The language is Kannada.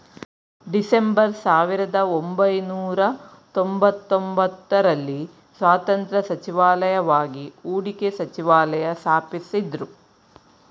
ಡಿಸೆಂಬರ್ ಸಾವಿರದಒಂಬೈನೂರ ತೊಂಬತ್ತಒಂಬತ್ತು ರಲ್ಲಿ ಸ್ವತಂತ್ರ ಸಚಿವಾಲಯವಾಗಿ ಹೂಡಿಕೆ ಸಚಿವಾಲಯ ಸ್ಥಾಪಿಸಿದ್ದ್ರು